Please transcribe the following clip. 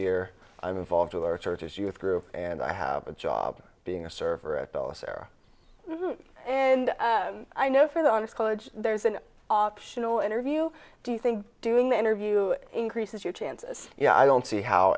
year i'm involved with our churches youth group and i have a job being a server at dulles air and i know for the honors college there's an optional interview do you think doing the interview increases your chances you know i don't see how